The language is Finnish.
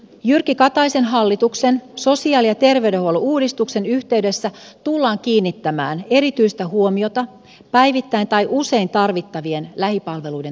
jyrki kataisen hallituksen sosiaali ja terveydenhuollon uudistuksen yhteydessä tullaan kiinnittämään erityistä huomiota päivittäin tai usein tarvittavien lähipalveluiden turvaamiseen